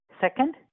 second